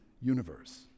universe